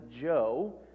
Joe